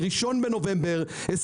1 בנובמבר 2022,